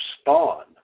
Spawn